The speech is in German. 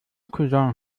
cousin